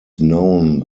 known